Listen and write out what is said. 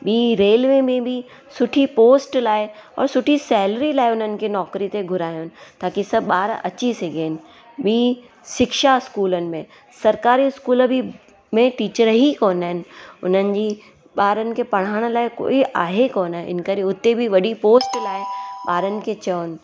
ॿी रेलवे में बि सुठी पोस्ट लाइ और सुठी सैलरी लाइ उन्हनि खे नौकिरी ते घुराइण ताक़ी सभु ॿार अची सघनि ॿी शिक्षा स्कूलनि में सकारी स्कूल बि में टीचर ई कोन आहिनि उन्हनि जी ॿारनि खे पढ़ाइणु लाइ कोई आहे कोन्ह इन्हीअ करे उते बि वॾी पोस्ट लाइ ॿारनि खे चवणु